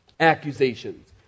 Accusations